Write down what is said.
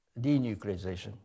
denuclearization